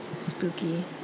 spooky